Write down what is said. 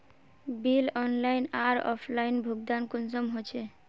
Bill online आर offline भुगतान कुंसम होचे?